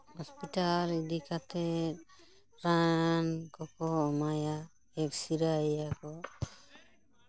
hospital ᱤᱫᱤ ᱠᱟᱛᱮᱫ ᱨᱟᱱ ᱠᱚᱠᱚ ᱮᱢᱟᱭᱟ ᱮᱠᱥᱤᱨᱟᱭᱟᱠᱚ